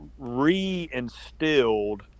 reinstilled